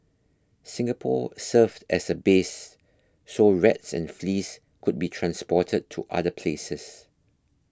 Singapore served as a base so rats and fleas could be transported to other places